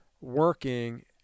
working